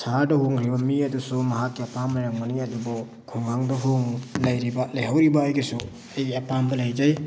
ꯁꯍꯔꯗ ꯍꯣꯡꯈ꯭ꯔꯤꯕ ꯃꯤ ꯑꯗꯨꯁꯨ ꯃꯍꯥꯛꯀꯤ ꯑꯄꯥꯝꯕ ꯂꯩꯔꯝꯒꯅꯤ ꯑꯗꯨꯕꯨ ꯈꯨꯡꯒꯪꯗ ꯂꯩꯔꯤꯕ ꯂꯩꯍꯧꯔꯤꯕ ꯑꯩꯒꯤꯁꯨ ꯑꯩꯒꯤ ꯑꯄꯥꯝꯕ ꯂꯩꯖꯩ